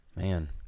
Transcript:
Man